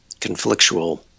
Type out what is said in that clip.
conflictual